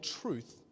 truth